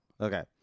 Okay